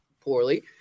poorly